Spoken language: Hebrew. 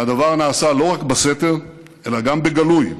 והדבר נעשה לא רק בסתר אלא גם בגלוי,